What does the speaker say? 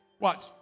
Watch